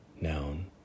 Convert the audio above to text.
noun